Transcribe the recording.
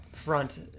front